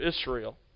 Israel